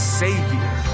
savior